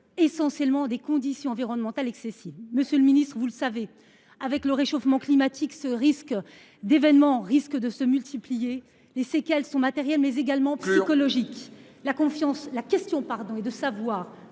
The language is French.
essentiellement de conditions environnementales excessives. Monsieur le ministre, avec le réchauffement climatique, ce type d’événements risque de se multiplier. Les séquelles sont matérielles, mais également psychologiques. Il faut conclure !